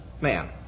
man